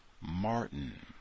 Martin